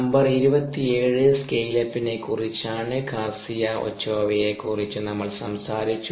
number 27 scale അപ്പിനെ കുറിച്ചാണ് Garcia ഒച്ചോവയെക്കുറിച്ച് നമ്മൾ സംസാരിച്ചു